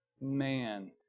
man